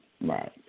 right